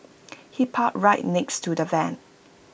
he parked right next to the van